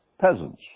peasants